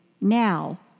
now